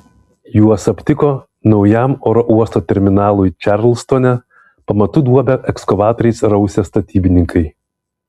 juos aptiko naujam oro uosto terminalui čarlstone pamatų duobę ekskavatoriais rausę statybininkai